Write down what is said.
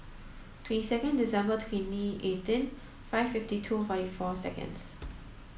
twenty second December twenty eighteen five fifty two forty four seconds